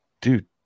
dude